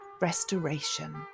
Restoration